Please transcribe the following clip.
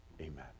amen